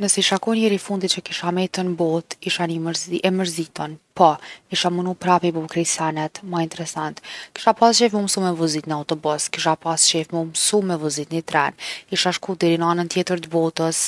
Nëse isha kon njeri i fundit që kisha met n’botë isha ni mërz- e mërzitun, po isha munu prap mi bo krejt senet ma interesant. Kisha pas qef me u msu me vozit ni autobus. Kisha pas qef mu msu me vozit ni tren. Isha shku deri n’anën tjetër t’botës